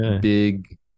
big